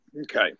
Okay